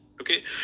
Okay